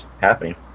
happening